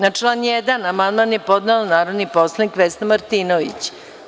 Na član 1. amandman je podnela narodni poslanik Vesna Martinović.